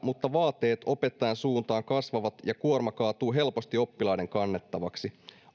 mutta vaateet opettajan suuntaan kasvavat ja kuorma kaatuu helposti oppilaiden kannettavaksi